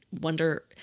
wonder